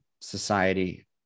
society